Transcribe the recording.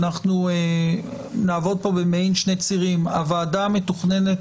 אנחנו נעבוד פה במעין שני צירים הוועדה מתוכננת